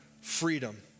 freedom